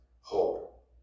hope